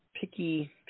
picky